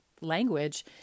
language